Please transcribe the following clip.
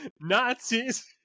Nazis